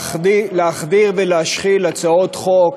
להחדיר ולהשחיל דרך חוק ההסדרים הצעות חוק